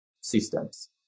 systems